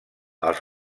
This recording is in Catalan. els